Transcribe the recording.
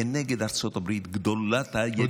כנגד ארצות הברית, גדולת הידידות שלנו.